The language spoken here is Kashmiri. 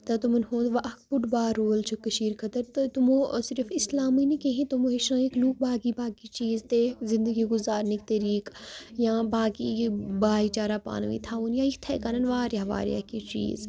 تہٕ تِمَن ہںٛد وَ اَکھ بوٚڑ بار رول چھِ کٔشیٖرِ خٲطرٕ تہٕ تِمو ٲس صرف اِسلامٕے نہٕ کِہیٖنۍ تِمو ہیٚچھنٲیِکھ لُکھ باقٕے باقٕے چیٖز تہِ زندگی گُزارنٕکۍ طٔریٖقہٕ یا باقٕے یہِ بایی چارہ پانہٕ ؤنۍ تھَوُن یا یِتھَے کَنَٮ۪تھ واریاہ واریاہ کینٛہہ چیٖز